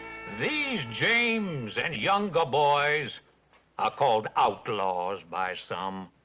these james and younger boys are called outlaws by some.